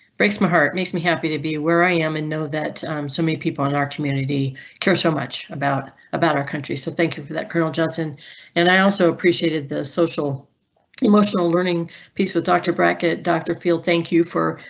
breaks my heart. makes me happy to be where i am and know that so many people in in our community care so much about about our country. so thank you for that. colonel johnson and i also appreciated the social emotional learning piece with doctor brackett, doctor field. thank you for.